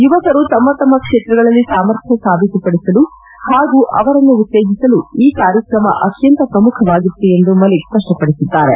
ಯುವಕರು ತಮ್ಮ ತಮ್ಮ ಕ್ಷೇತ್ರದಲ್ಲಿ ಸಾಮರ್ಥ್ಯ ಸಾಬೀತುಪಡಿಸಲು ಹಾಗೂ ಅವರನ್ನು ಉತ್ತೇಜಿಸಲು ಈ ಕಾರ್ಯಕ್ರಮ ಅತ್ಯಂತ ಪ್ರಮುಖವಾಗಿತ್ತು ಎಂದು ಮಲ್ಲಿಕ್ ಸ್ವಷ್ವಪಡಿಸಿದ್ದಾರೆ